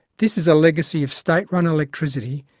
this is a legacy of state-run electricity,